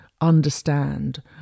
understand